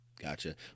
gotcha